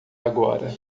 agora